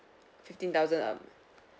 fifteen thousand uh